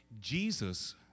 Jesus